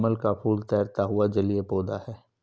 कमल का फूल तैरता हुआ जलीय पौधा है